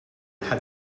had